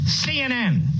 CNN